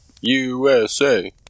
USA